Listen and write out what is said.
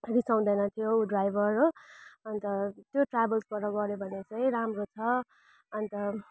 रिसाउँदैन थियो ड्राइभर हो अन्त त्यो ट्राभल्सबाट गर्यो भने चाहिँ राम्रो छ अन्त